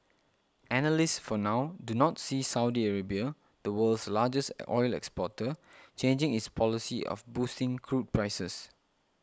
analysts for now do not see Saudi Arabia the world's largest oil exporter changing its policy of boosting crude prices